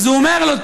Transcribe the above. אז הוא אומר לו,